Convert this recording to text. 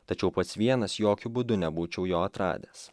tačiau pats vienas jokiu būdu nebūčiau jo atradęs